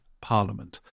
Parliament